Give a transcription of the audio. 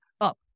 up